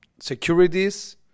securities